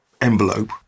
envelope